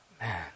Man